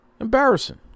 Embarrassing